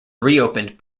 reopened